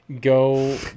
go